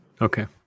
Okay